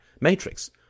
matrix